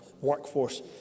workforce